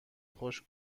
خوش